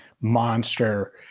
monster